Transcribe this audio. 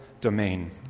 domain